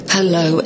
Hello